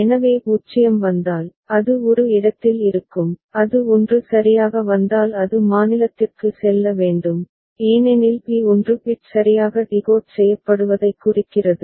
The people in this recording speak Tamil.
எனவே 0 வந்தால் அது ஒரு இடத்தில் இருக்கும் அது 1 சரியாக வந்தால் அது மாநிலத்திற்கு செல்ல வேண்டும் ஏனெனில் பி 1 பிட் சரியாக டிகோட் செய்யப்படுவதைக் குறிக்கிறது